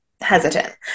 Hesitant